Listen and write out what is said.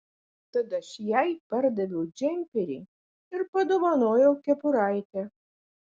tad aš jai pardaviau džemperį ir padovanojau kepuraitę